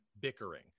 bickering